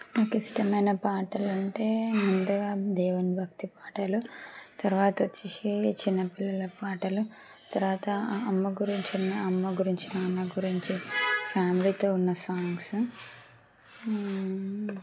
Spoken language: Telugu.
నాకు ఇష్టమైన పాటలంటే ముందుగా దేవుని భక్తి పాటలు తర్వాత వచ్చేసి చిన్నపిల్లల పాటలు తర్వాత అమ్మ గురించిన్న అమ్మ గురించి నాన్న గురించి ఫ్యామిలీతో ఉన్న సాంగ్స్